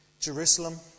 Jerusalem